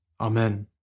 Amen